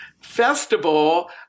festival